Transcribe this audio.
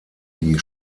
wie